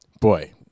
boy